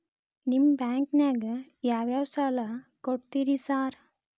ನಿಮ್ಮ ಬ್ಯಾಂಕಿನಾಗ ಯಾವ್ಯಾವ ಸಾಲ ಕೊಡ್ತೇರಿ ಸಾರ್?